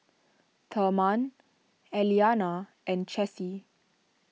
therman Elianna and Chessie